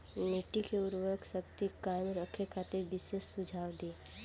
मिट्टी के उर्वरा शक्ति कायम रखे खातिर विशेष सुझाव दी?